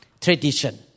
tradition